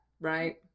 right